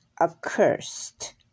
accursed